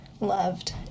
loved